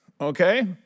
Okay